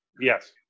Yes